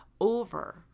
over